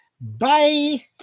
Bye